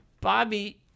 Bobby